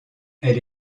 elle